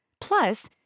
Plus